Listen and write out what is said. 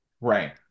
Right